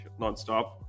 nonstop